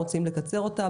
רוצים לקצר אותה,